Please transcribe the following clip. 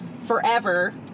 forever